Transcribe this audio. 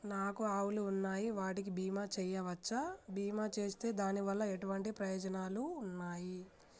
నాకు ఆవులు ఉన్నాయి వాటికి బీమా చెయ్యవచ్చా? బీమా చేస్తే దాని వల్ల ఎటువంటి ప్రయోజనాలు ఉన్నాయి?